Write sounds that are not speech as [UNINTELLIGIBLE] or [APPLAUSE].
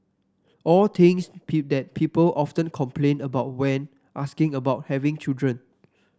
all things [UNINTELLIGIBLE] that people often complain about when asking about having children